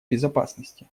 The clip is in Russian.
безопасности